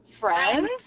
friends